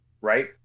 right